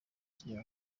kigega